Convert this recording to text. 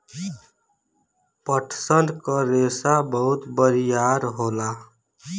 पटसन क रेसा बहुत बरियार होला